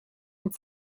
and